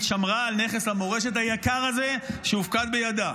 שמרה על נכס המורשת היקר הזה שהופקד בידה?